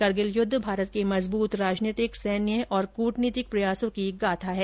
करगिल युद्ध भारत के मजबूत राजनीतिक सैन्य और कूटनीतिक प्रयासों की गाथा है